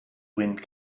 wind